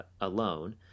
alone